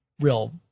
real